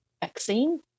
vaccine